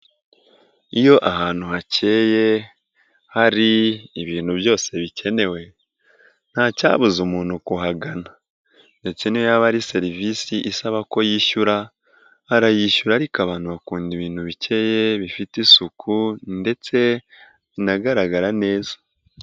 Iyo ahantu hakeye, hari ibintu byose bikenewe ntacyabuza umuntu kuhagana ndetse n'iyo yaba ari serivisi isaba ko yishyura, arayishyura ariko abantu bakunda ibintu bikeya, bifite isuku ndetse binagaragara neza.